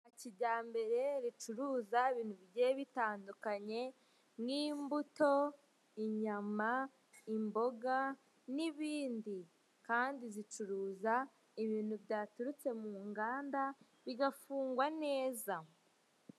Kijyambere ricuruza ibintu bigiye bitandukanye nk'imbuto, inyama, imboga, n'ibindi kandi zicuruza ibintu byaturutse mu nganda bigafungwa neza.